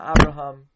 Abraham